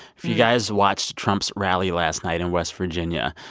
if you guys watched trump's rally last night in west virginia,